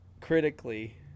Critically